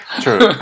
True